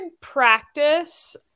practice